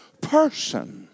person